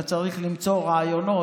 אתה צריך למצוא רעיונות